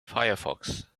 firefox